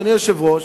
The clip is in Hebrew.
אדוני היושב-ראש,